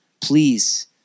Please